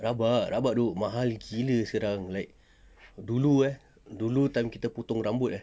rabak rabak dok mahal gila sekarang like dulu eh dulu time kita potong rambut eh